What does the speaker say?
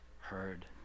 heard